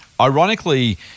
Ironically